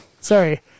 Sorry